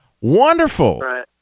Wonderful